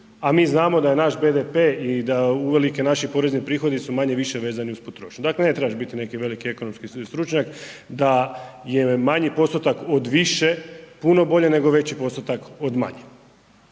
a mi znamo da je naš BDP i da uvelike naši porezni prihodi su manje-više vezani uz potrošnju. Dakle, ne trebaš biti neki veliki ekonomski stručnjak da je manji postotak od više puno bolje od veći postotak od manje.